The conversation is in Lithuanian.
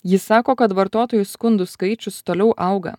ji sako kad vartotojų skundų skaičius toliau auga